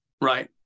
right